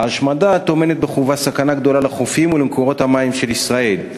ההשמדה טומנת בחובה סכנה גדולה לחופים ולמקורות המים של ישראל.